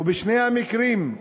ובשני המקרים,